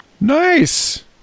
Nice